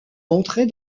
entrer